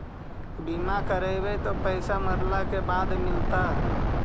बिमा करैबैय त पैसा मरला के बाद मिलता?